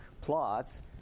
plots